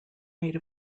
made